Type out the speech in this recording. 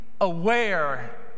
aware